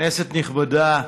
כנסת נכבדה,